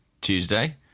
Tuesday